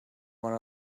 one